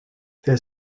their